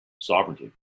sovereignty